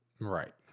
Right